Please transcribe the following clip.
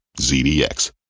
ZDX